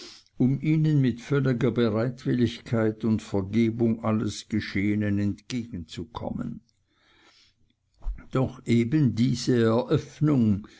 um ihnen mit völliger bereitwilligkeit und vergebung alles geschehenen entgegenzukommen doch eben diese eröffnung